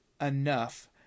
enough